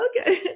Okay